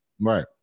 Right